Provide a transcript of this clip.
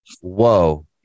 whoa